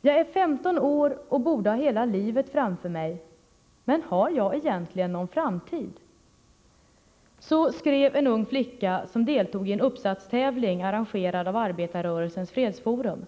”Jag är 15 år och borde ha hela livet framför mig. Men har jag egentligen någon framtid?” Så skrev en ung flicka som deltog i en uppsatstävling anordnad av Arbetarrörelsens fredsforum.